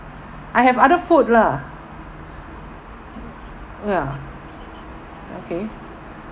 I have other food lah ya okay